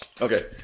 okay